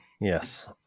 Yes